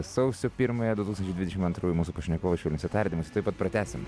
sausio pirmąją du tūkstančiai dvidešim antrųjų mūsų pašnekovas švelniuose tardymuose tuoj pat pratęsim